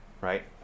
right